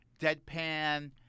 deadpan